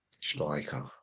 Striker